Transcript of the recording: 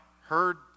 heard